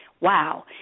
wow